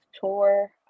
tour